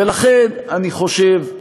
ולכן אני חושב,